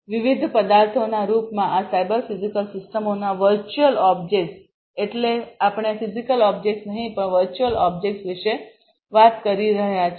વિવિધ પદાર્થોના રૂપમાં આ સાયબર ફિઝિકલ સિસ્ટમોના વર્ચુઅલ ઓબ્જેક્ટ્સ એટલે આપણે ફિઝિકલ ઓબ્જેક્ટ્સ નહીં પણ વર્ચુઅલ ઓબ્જેક્ટ્સ વિશે વાત કરી રહ્યા છીએ